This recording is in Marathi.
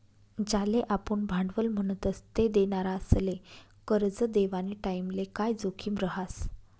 ज्याले आपुन भांडवल म्हणतस ते देनारासले करजं देवानी टाईमले काय जोखीम रहास